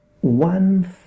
one